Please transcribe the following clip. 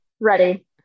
Ready